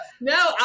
no